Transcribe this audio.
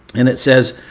and it says,